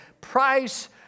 price